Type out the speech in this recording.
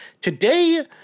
today